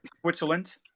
switzerland